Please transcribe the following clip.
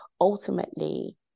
ultimately-